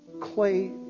clay